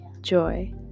Joy